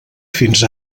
fins